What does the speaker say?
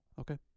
okay